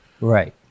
Right